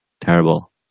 terrible